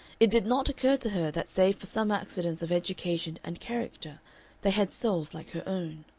it did not occur to her that save for some accidents of education and character they had souls like her own.